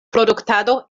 produktado